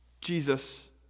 Jesus